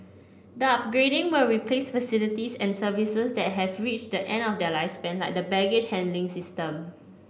the upgrading will replace facilities and services that have reached the end of their lifespan like the baggage handling system